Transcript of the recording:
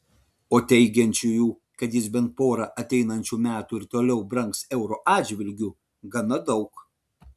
o teigiančiųjų kad jis bent porą ateinančių metų ir toliau brangs euro atžvilgiu gana daug